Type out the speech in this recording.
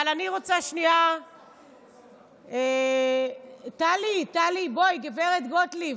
אבל אני רוצה שנייה, טלי, טלי, בואי, גב' גוטליב,